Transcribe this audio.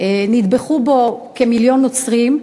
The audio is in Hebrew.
נטבחו בו כמיליון נוצרים.